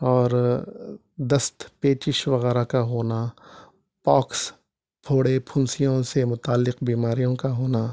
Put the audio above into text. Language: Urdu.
اور دست پیچش وغیرہ کا ہونا پوکس پھوڑے پھنسیوں سے متعلق بیماریوں کا ہونا